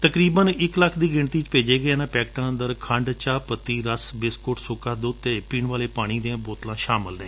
ਤਕਰੀਬਨ ਇਕ ਲੱਖ ਦੀ ਗਿਣਤੀ ਵਿਚ ਭੇਜੇ ਗਏ ਇਨੂਾ ਪੈਕਟਾ ਅੰਦਰ ਖੰਡ ਚਾਹਪੱਤੀ ਰੱਸ ਬਿਸਕੁੱਟ ਸੱਕਾ ਦੱਧ ਅਤੇ ਪੀਣ ਵਾਲੇ ਪਾਣੀ ਦੀਆ ਬੋਤਲਾਂ ਸ਼ਾਮਲ ਨੇ